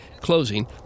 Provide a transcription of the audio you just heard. closing